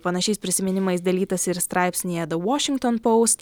panašiais prisiminimais dalytasi ir straipsnyje the washington post